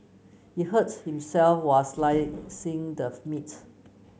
he hurt himself while slicing the meat